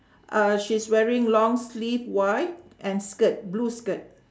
uhh she's wearing long sleeve white and skirt blue skirt